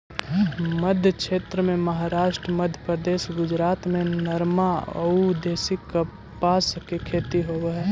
मध्मक्षेत्र में महाराष्ट्र, मध्यप्रदेश, गुजरात में नरमा अउ देशी कपास के खेती होवऽ हई